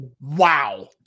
Wow